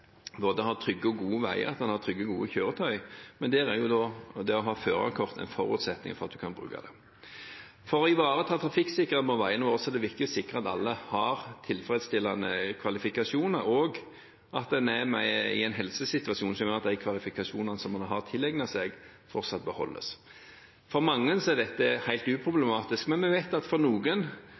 har både trygge og gode veier og trygge og gode kjøretøy. Men det å ha førerkort er en forutsetning for å kunne gjøre det. For å ivareta trafikksikkerhet på veiene våre er det viktig å sikre at alle har tilfredsstillende kvalifikasjoner, og at man er i en helsesituasjon som gjør at de kvalifikasjonene som man har tilegnet seg, fortsatt er i behold. For mange er dette helt uproblematisk. Men vi vet at for noen